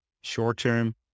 Short-term